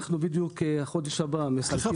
בדיוק בחודש הבא אנחנו --- סליחה,